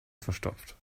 verstopft